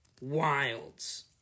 wilds